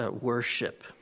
worship